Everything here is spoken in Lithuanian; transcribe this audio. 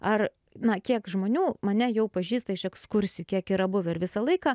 ar na kiek žmonių mane jau pažįsta iš ekskursijų kiek yra buvę ir visą laiką